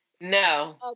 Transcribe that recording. No